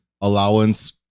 allowance